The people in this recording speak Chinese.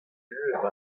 日本